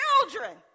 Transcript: children